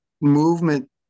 movement